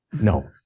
No